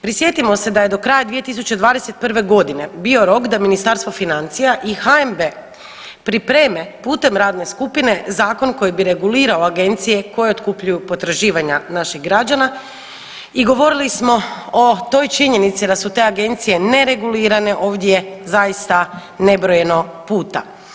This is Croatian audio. Prisjetimo se da je do kraja 2021. godine bio rok da Ministarstvo financija i HNB pripreme putem radne skupine zakon koji bi regulirao agencije koje otkupljuju potraživanja naših građana i govorili smo o toj činjenici da su te agencije neregulirane ovdje zaista nebrojeno puta.